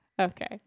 Okay